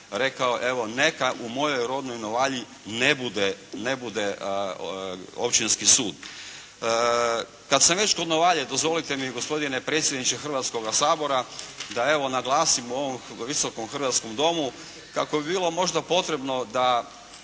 rekao evo neka u mojoj rodnoj Novalji ne bude općinski sud. Kada sam već kod Novalje dozvolite mi gospodine predsjedniče Hrvatskoga sabora, da evo naglasim ovom Visokom hrvatskom domu, kako bi bilo možda potrebno da